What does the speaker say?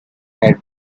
had